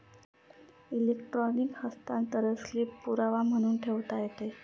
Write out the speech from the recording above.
electronic हस्तांतरण slip पुरावा म्हणून ठेवता येते